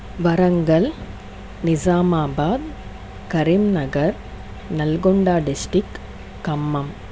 Warangal Nizamabad Karimnagar Nalgonda district Khammam